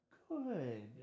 good